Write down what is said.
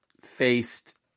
faced